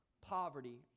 poverty